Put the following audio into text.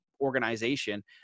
organization